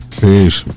peace